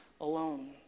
alone